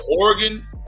Oregon